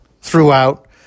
throughout